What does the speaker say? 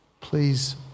please